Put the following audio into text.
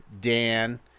Dan